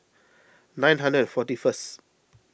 nine hundred and forty first